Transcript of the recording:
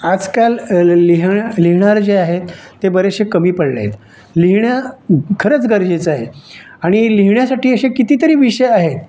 आजकाल लिहिणं लिहिणारे जे आहे ते बरेचसे कमी पडले आहेत लिहिण्या खरंच गरजेचे आहे आणि लिहिण्यासाठी असे कितीतरी विषय आहेत